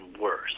worse